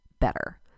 better